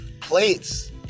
plates